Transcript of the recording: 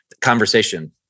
conversation